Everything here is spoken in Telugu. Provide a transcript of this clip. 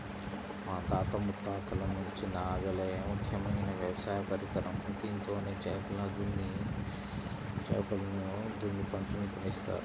మా తాత ముత్తాతల నుంచి నాగలే ముఖ్యమైన వ్యవసాయ పరికరం, దీంతోనే చేలను దున్ని పంటల్ని పండిత్తారు